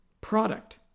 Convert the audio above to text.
product